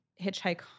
hitchhike